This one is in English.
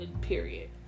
Period